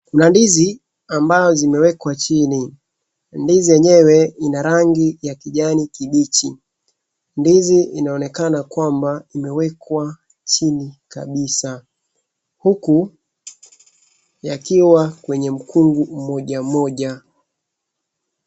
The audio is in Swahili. Mandizi ambayo zimewekwa chini. Ndizi yenyewe ina rangi ya kijani kimbichi. Ndizi inaonekana kwamba imewekwa chini kabisa huku yakiwa kwenye mkungu moja moja.